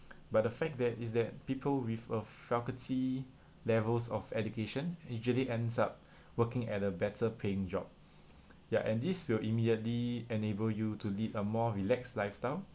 but the fact that is that people with a faculty levels of education usually ends up working at a better paying job ya and this will immediately enable you to lead a more relaxed lifestyle